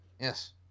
Yes